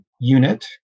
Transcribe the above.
unit